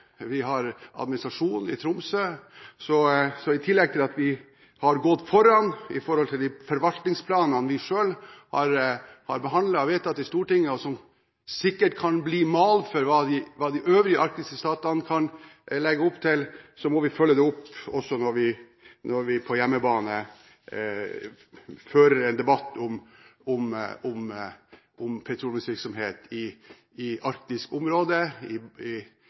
vi har administrasjonen i Tromsø. Så i tillegg til at vi har gått foran med de forvaltningsplanene vi selv har behandlet og vedtatt i Stortinget, og som sikkert kan bli mal for hva de øvrige arktiske statene kan legge opp til, må vi følge det opp også når vi på hjemmebane fører en debatt om petroleumsvirksomhet i arktisk område, i